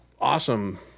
awesome